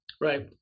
right